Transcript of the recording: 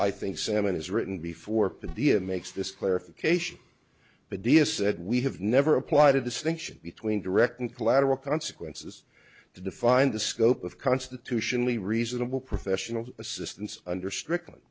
i think salman has written before the dia makes this clarification but dia said we have never applied a distinction between direct and collateral consequences to define the scope of constitutionally reasonable professional assistance under stric